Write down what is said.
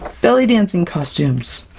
belly dancing costumes!